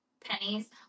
pennies